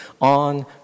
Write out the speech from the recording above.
on